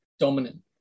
dominant